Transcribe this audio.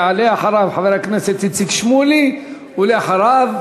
יעלה אחריו חבר הכנסת איציק שמולי, ואחריו